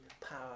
power